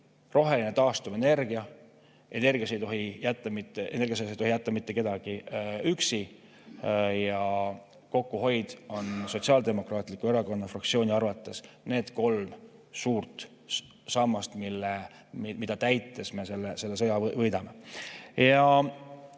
rohe‑ ja taastuvenergia, energiasõjas ei tohi jätta mitte kedagi üksi ja kokkuhoid. Need on Sotsiaaldemokraatliku Erakonna fraktsiooni arvates kolm suurt sammast, mida täites me selle sõja võidame. Enda